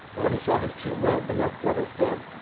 and when he saw his two well-beloved brothers dead,